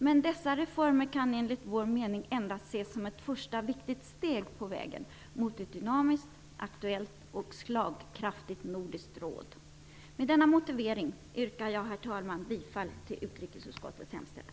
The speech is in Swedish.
Men dessa reformer kan enligt vår mening endast ses som ett första viktigt steg på vägen mot ett dynamiskt, aktuellt och slagkraftigt nordiskt råd. Med denna motivering yrkar jag, herr talman, bifall till utrikesutskottets hemställan.